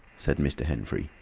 said mr. henfrey,